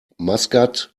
maskat